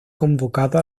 convocado